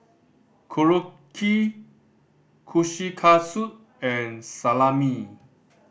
Korokke Kushikatsu and Salami